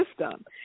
system